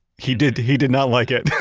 he did he did not like it.